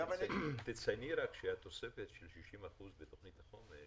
תצייני רק שהתוספת של 60% בתוכנית החומש